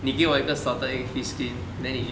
你个我一个 salted egg fish skin then 你